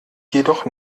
jedoch